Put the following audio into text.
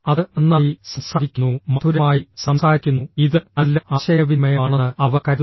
അത് നന്നായി സംസാരിക്കുന്നു മധുരമായി സംസാരിക്കുന്നു ഇത് നല്ല ആശയവിനിമയമാണെന്ന് അവർ കരുതുന്നു